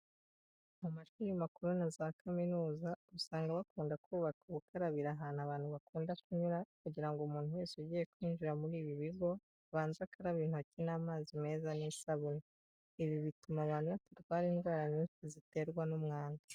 Mu mashuri makuru na za kaminuza usanga bakunda kubaka ubukarabiro ahantu abantu bakunda kunyura kugira ngo umuntu wese ugiye kwinjira muri ibi bigo, abanze akarabe intoki n'amazi meza n'isabune. Ibi bituma abantu batarwara indwara nyinshi ziterwa n'umwanda.